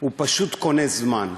הוא פשוט קונה זמן.